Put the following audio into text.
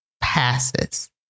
passes